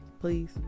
please